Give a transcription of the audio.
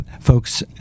folks